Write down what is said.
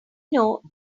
know